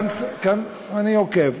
אני עוקב.